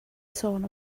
sôn